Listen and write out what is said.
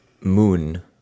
Moon